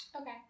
okay